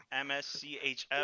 MSCHF